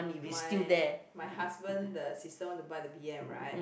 my my husband the sister want to buy the B_M right